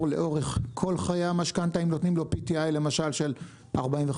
לאורך כל חיי המשכנתה אם נותנים לו PTI למשל של 45%?